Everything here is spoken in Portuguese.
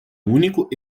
único